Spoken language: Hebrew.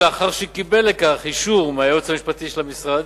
ולאחר שקיבל לכך אישור מהיועץ המשפטי של המשרד,